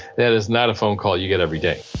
that is not a phone call you get every day.